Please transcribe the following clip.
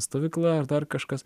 stovykla ar dar kažkas